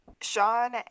Sean